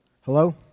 Hello